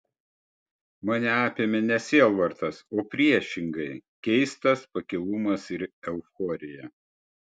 mane apėmė ne sielvartas o priešingai keistas pakilumas ir euforija